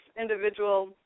individual